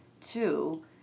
two